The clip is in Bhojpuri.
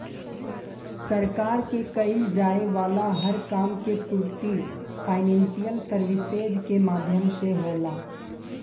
सरकार के कईल जाये वाला हर काम के पूर्ति फाइनेंशियल सर्विसेज के माध्यम से होला